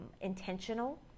intentional